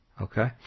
Okay